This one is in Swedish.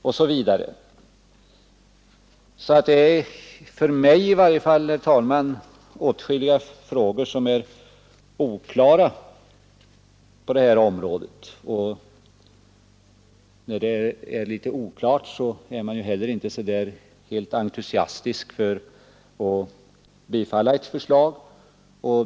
I varje fall för mig finns det åtskilliga frågor på det här området som är oklara, och i ett sådant läge är man inte särskilt entusiastisk för att bifalla ett förslag.